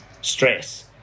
stress